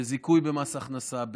בזיכוי במס הכנסה,